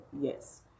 yes